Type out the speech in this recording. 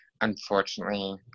Unfortunately